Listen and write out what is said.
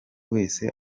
wese